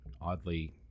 oddly